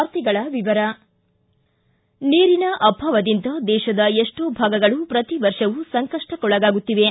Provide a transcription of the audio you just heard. ವಾರ್ತೆಗಳ ವಿವರ ನೀರಿನ ಅಭಾವದಿಂದ ದೇಶದ ಎಷ್ಲೋ ಭಾಗಗಳು ಪ್ರತಿವರ್ಷವೂ ಸಂಕಷ್ಟಕ್ಕೊಳಗಾಗುತ್ತಿವೆ